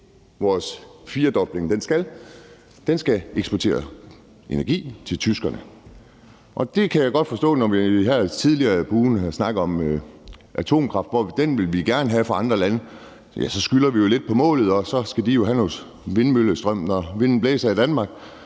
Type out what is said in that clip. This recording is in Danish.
vores firdobling skal: Den skal eksportere energi til tyskerne. Det kan jeg godt forstå, for vi har her tidligere på ugen snakket om atomkraft og om, at den vil vi gerne have fra andre lande, og så skylder vi jo lidt på målet, og så skal de jo have noget vindmøllestrøm, når vinden blæser i Danmark.